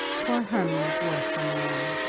poor hermy is worse than no one.